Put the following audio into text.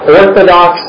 orthodox